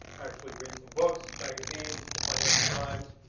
actually read some books, magazines, financial times.